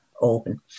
open